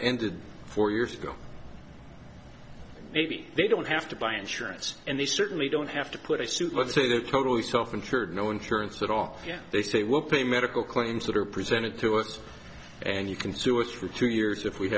ended four years ago maybe they don't have to buy insurance and they certainly don't have to put a suit let's say they're totally self insured no insurance at all yet they say we'll pay medical claims that are presented to us and you can sue or through two years if we